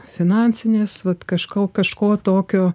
finansinės vat kažko kažko tokio